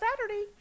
Saturday